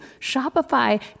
Shopify